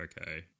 okay